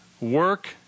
Work